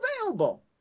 available